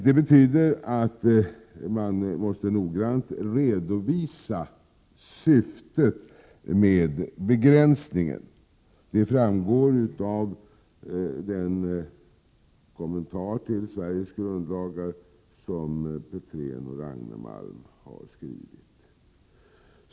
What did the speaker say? Det betyder att man måste noggrant redovisa syftet med begränsningen. Detta framgår av den kommentar till Sveriges grundlagar som Petrén/Ragnemalm har skrivit.